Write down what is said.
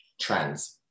Trends